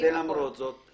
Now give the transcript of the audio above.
למרות זאת,